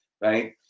right